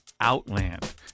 Outland